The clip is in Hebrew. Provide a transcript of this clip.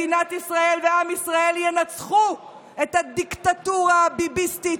מדינת ישראל ועם ישראל ינצחו את הדיקטטורה הביביסטית,